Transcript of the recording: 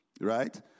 Right